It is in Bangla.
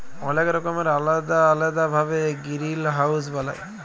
অলেক রকমের আলেদা আলেদা ভাবে গিরিলহাউজ বালায়